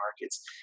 markets